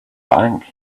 bank